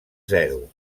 zero